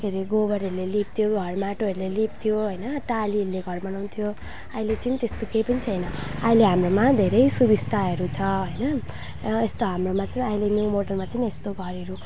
के अरे गोबरहरूले लिप्थ्यो घर माटोहरूले लिप्थ्यो होइन टालीहरूले घर बनाउँथ्यो अहिले चाहिँ त्यस्तो केही पनि छैन अहिले हाम्रोमा धेरै सुबिस्ताहरू छ होइन र यस्तो हाम्रोमा चाहिँ अहिले न्यू मोडलमा चाहिँ नि यस्तो घरहरू